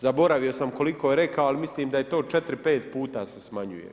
Zaboravio sam koliko je rekao, ali mislim da je to četiri, puta se smanjuje.